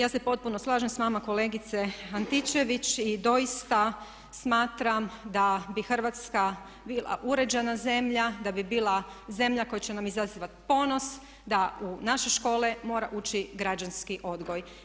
Ja se potpuno slažem s vama kolegice Antičević i doista smatram da bi Hrvatska bila uređena zemlja, da bi bila zemlja koja će nam izazivati ponos da u naše škole mora ući građanski odgoj.